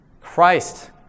Christ